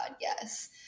yes